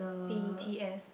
B E T S